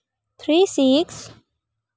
three six